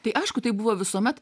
tai aišku taip buvo visuomet